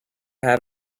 have